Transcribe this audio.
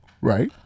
Right